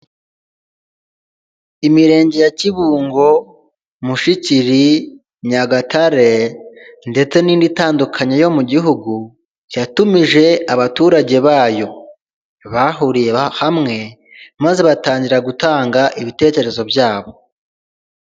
Imirenge ya Kibungo, Mushikiri, Nyagatare ndetse n'indi itandukanye yo mu gihugu, yatumije abaturage bayo bahuriye hamwe, maze batangira gutanga ibitekerezo byabo.